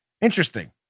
Interesting